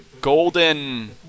Golden